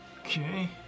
Okay